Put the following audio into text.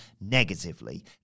negatively